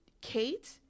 Kate